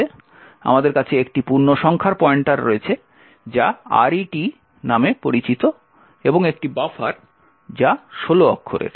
আমাদের কাছে একটি পূর্ণসংখ্যার পয়েন্টার রয়েছে যা RET নামে পরিচিত এবং একটি বাফার যা 16 অক্ষরের